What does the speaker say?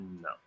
No